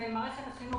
ומערכת החינוך,